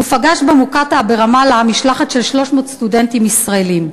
ופגש במוקטעה ברמאללה משלחת של 300 סטודנטים ישראלים.